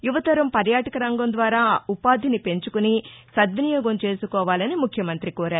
యువతరం పర్యాటక రంగం ద్వారా ఉపాధిని పెంచుకుని సద్వినియోగం చేసుకోవాలని ముఖ్యమంత్రి కోరారు